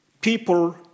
people